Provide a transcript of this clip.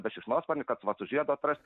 bet šikšnosparnį kad vat su žiedu atrast